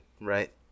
right